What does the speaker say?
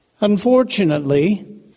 Unfortunately